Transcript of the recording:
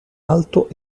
alto